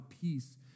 peace